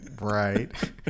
Right